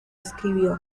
escribió